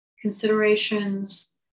considerations